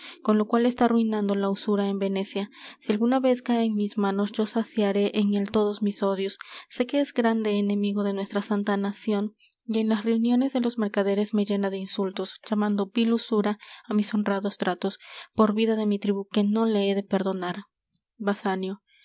con lo cual está arruinando la usura en venecia si alguna vez cae en mis manos yo saciaré en él todos mis odios sé que es grande enemigo de nuestra santa nacion y en las reuniones de los mercaderes me llena de insultos llamando vil usura á mis honrados tratos por vida de mi tribu que no le he de perdonar basanio